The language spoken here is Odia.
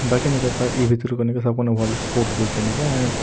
ବାକି ନିକେ ସାର୍ ଇ ଭିତ୍ରୁ ନିକେ ଭଲ୍ ସ୍ପୋର୍ଟ୍ସ ହଉଚେ ନିକେଁ